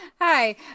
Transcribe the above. Hi